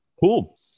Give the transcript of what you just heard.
cool